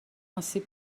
آسیب